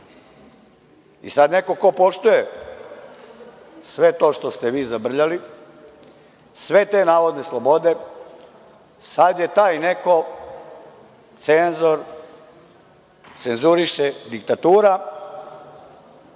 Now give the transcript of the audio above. I sada neko ko poštuje sve to što ste vi zabrljali, sve te navodne slobode, sad je taj neko cenzor, cenzuriše, diktator,